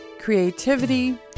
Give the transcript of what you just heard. creativity